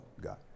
God